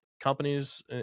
companies